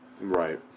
right